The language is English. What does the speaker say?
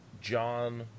John